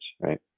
right